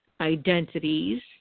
identities